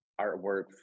artwork